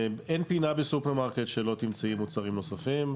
אין פינה בסופרמרקט שלא תמצאי מוצרים נוספים,